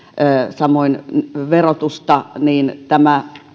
samoin verotusta niin tämä